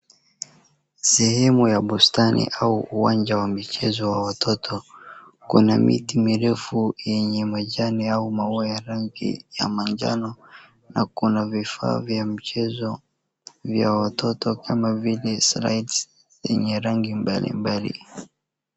Sehemu ya bustani au uwanja wa mchezo ya watoto. kuna miti mirefu ya kijani au maua ya rangi ya manjano na kuna vifaa vya mchezo vya watoto kama vile slaidi yenye rangi mbalimbali.